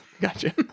Gotcha